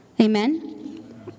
Amen